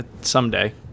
someday